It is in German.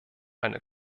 eine